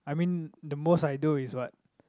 I mean the most I do is what